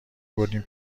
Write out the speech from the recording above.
بردیم